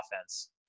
offense